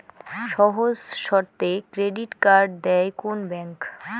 সহজ শর্তে credit card দেয় কোন ব্যাংক?